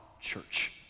church